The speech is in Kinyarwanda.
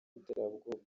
w’iterabwoba